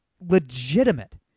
legitimate